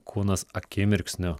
kūnas akimirksniu